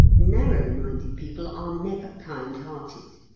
narrow-minded people are never kind-hearted.